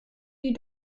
die